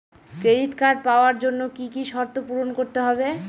Credit card পাওয়ার জন্য কি কি শর্ত পূরণ করতে হবে?